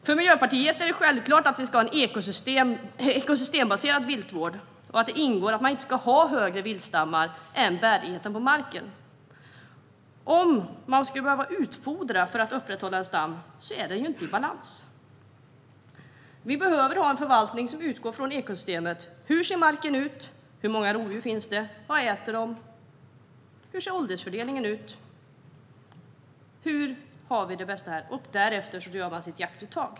För Miljöpartiet är det självklart att det ska finnas en ekosystembaserad viltvård och att det ska ingå att inte ha större viltstammar än bärigheten på marken. Om en stam måste utfodras för att upprätthållas är den inte i balans. Förvaltningen måste utgå från ekosystemet. Hur ser marken ut? Hur många rovdjur finns? Vad äter de? Hur ser åldersfördelningen ut? Vad är bäst? Därefter gör man sitt jaktuttag.